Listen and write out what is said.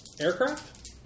Aircraft